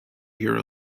hero